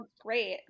great